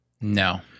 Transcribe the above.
No